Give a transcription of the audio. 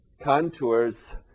contours